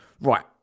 Right